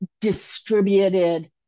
distributed